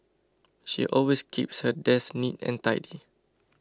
she always keeps her desk neat and tidy